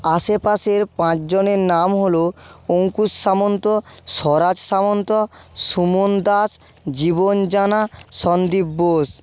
আশেপাশের পাঁচজনের নাম হলো অঙ্কুশ সামন্ত স্বরাজ সামন্ত সুমন দাস জীবন জানা সন্দীপ বোস